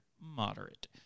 moderate